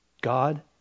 God